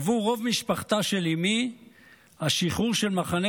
עבור רוב משפחתה של אימי השחרור של מחנה